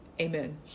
Amen